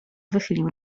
wychylił